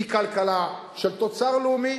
היא כלכלה של תוצר לאומי.